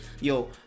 Yo